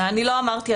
זה אני לא אמרתי.